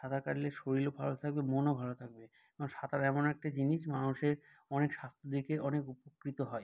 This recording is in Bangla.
সাঁতার কাটলে শরীরও ভালো থাকবে মনও ভালো থাকবে এবং সাঁতার এমন একটা জিনিস মানুষের অনেক স্বাস্থ্য দিক থেকে অনেক উপকৃত হয়